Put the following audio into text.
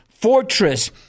Fortress